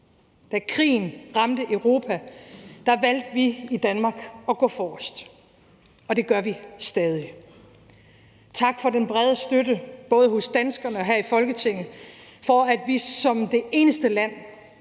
Da krigen ramte Europa, valgte vi i Danmark at gå forrest, og det gør vi stadig. Tak for den brede støtte både blandt danskerne og i Folketinget til, at vi som det eneste land